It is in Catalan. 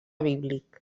bíblic